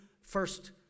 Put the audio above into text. first